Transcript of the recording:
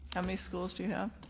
how many schools do you have?